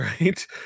right